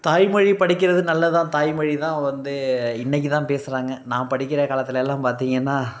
தாய்மொழி படிக்கிறது நல்லது தான் தாய்மொழி தான் வந்து இன்னைக்கு தான் பேசுகிறாங்க நான் படிக்கிற காலத்துலேலாம் பார்த்தீங்கன்னா